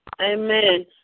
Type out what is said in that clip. Amen